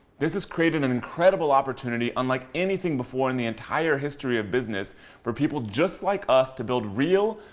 this has created an incredible opportunity unlike anything before in the entire history of business for people just like us to build real,